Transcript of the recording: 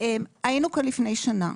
היינו כאן לפני שנה,